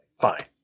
fine